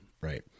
right